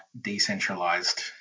decentralized